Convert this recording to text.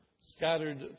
scattered